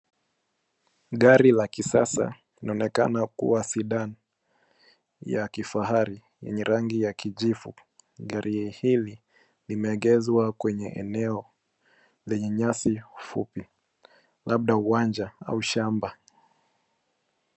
Gari la kisasa linaonekana kuwa Sedan ya kifahari yenye rangi ya kijivu. Gari hili limeegeshwa kwenye eneo lenye nyasi fupi, labda uwanja au shamba.